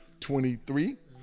23